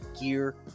gear